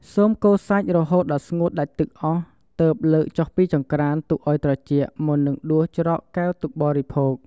សូមកូរសាច់រហូតដល់ស្ងួតដាច់ទឹកអស់ ទើបលើកចុះពីចង្រ្កុាន ទុកឱ្យត្រជាក់ មុននឹងដួសច្រកកែវទុកបរិភោគ។